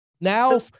Now